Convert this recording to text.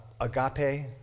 agape